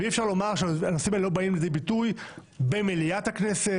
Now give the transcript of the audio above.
ואי אפשר לומר שהנושאים האלה לא באים לידי ביטוי במליאת הכנסת,